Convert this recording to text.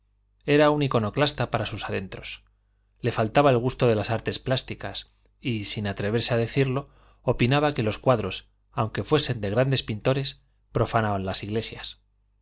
era un iconoclasta para sus adentros le faltaba el gusto de las artes plásticas y sin atreverse a decirlo opinaba que los cuadros aunque fuesen de grandes pintores profanaban las iglesias